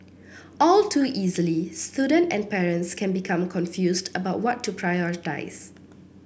all too easily student and parents can become confused about what to prioritise